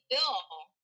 Bill